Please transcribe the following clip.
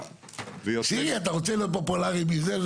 שירי, אתה רוצה להיות פופולרי מזה?